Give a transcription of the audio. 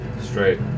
Straight